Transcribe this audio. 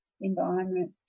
environment